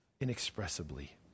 inexpressibly